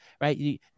right